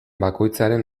bakoitzaren